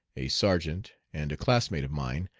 a sergeant and a classmate of mine,